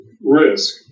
risk